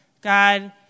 God